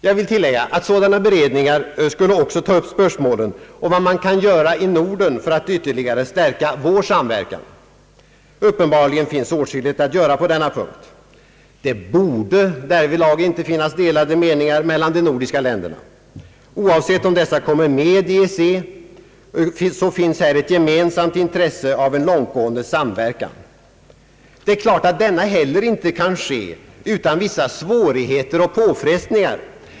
Jag vill tillägga att sådana beredningar också skulle ta upp spörsmålen om vad man kan göra i Norden för att ytterligare stärka vår samverkan. Uppenbarligen finns åtskilligt att göra på denna punkt. Det borde därvidlag inte finnas delade meningar mellan de nordiska länderna. Oavsett om dessa kommer med i EEC så finns här ett gemensamt intresse av en långtgående samverkan. Det är klart att inte heller denna kan ske utan vissa svårigheter och påfrestningar.